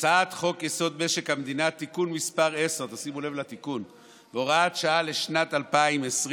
הצעת חוק-יסוד: משק המדינה (תיקון מס' 10 והוראת שעה לשנת 2020)